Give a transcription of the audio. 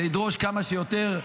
ולדרוש כמה שיותר,